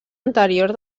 anterior